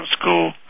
school